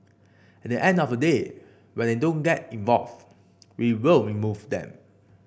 at the end of the day when they don't get involved we will remove them